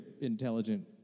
intelligent